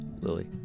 Lily